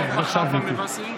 כן, בבקשה, גברתי.